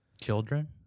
Children